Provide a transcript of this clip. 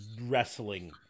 wrestling